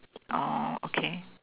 orh okay